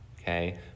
okay